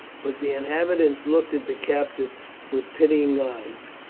but the inhabitants looked at the captives with pitying eyes.